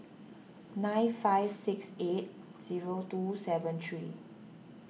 nine five six eight two seven three